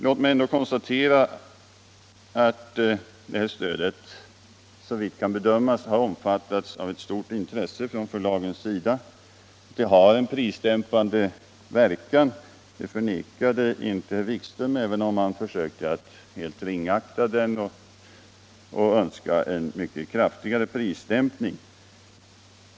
Låt mig ändå konstatera att stödet, såvilt kan bedömas, har mötts av stort intresse från förlagens sida. Det har prisdämpande verkan. Det förnekade inte herr Wikström, även om han försökte att ringakta den och önskade mycket kraftigare prisdämpning.